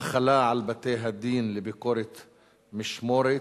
11) (החלה על בתי-הדין לביקורת משמורת),